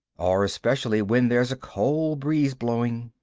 or, especially when there's a cold breeze blowing,